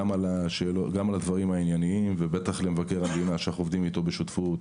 גם על הדברים העניינים ובטח למבקר המדינה שאנחנו עובדים איתו בשותפות,